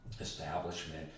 establishment